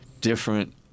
different